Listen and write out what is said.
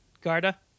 Garda